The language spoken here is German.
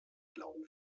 glauben